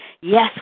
Yes